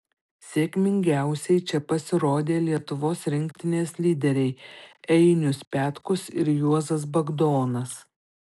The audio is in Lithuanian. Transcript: sėkmingiausiai čia pasirodė lietuvos rinktinės lyderiai einius petkus ir juozas bagdonas